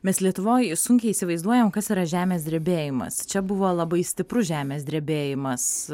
mes lietuvoj sunkiai įsivaizduojam kas yra žemės drebėjimas čia buvo labai stiprus žemės drebėjimas